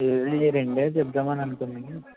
ఈ రెండే చెపుదాం అని అనుకున్నాను